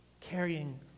carrying